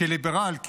כליברל,